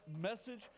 message